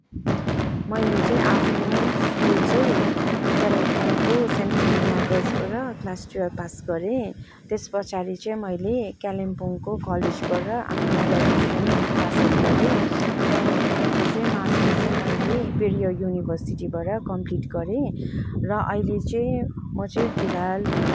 मैले चाहिँ आफ्नो स्कुल चाहिँ कालिम्पोङको सेन्ट फिलोमिना गर्ल्सबाट क्लास टुवेल्भ पास गरेँ त्यसपछाडि चाहिँ मैले कालिम्पोङको कलेजबाट आफ्नो ग्रेजुएसन पास आउट गरेँ त्यहाँदेखिन् पिच्छे चाहिँ मास्टर्स चाहिँ मैले पेरियर युनिभर्सिटीबाट कम्प्लिट गरेँ र अहिले चाहिँ म चाहिँ फिलहाल